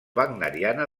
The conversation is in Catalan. wagneriana